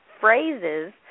phrases